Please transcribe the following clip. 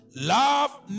love